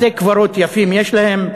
בתי-קברות יפים יש להם,